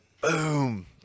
boom